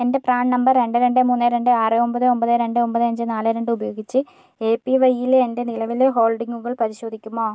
എൻ്റെ PRAN number രണ്ട് രണ്ട് മൂന്ന് രണ്ട് ആറ് ഒമ്പത് ഒമ്പത് രണ്ട് ഒമ്പത് അഞ്ച് നാല് രണ്ട് ഉപയോഗിച്ച് എ പി വൈ യിലെ എൻ്റെ നിലവിലെ ഹോൾഡിംഗുകൾ പരിശോധിക്കുമോ